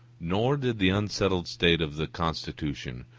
nor did the unsettled state of the constitution,